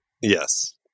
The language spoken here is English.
Yes